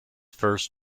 first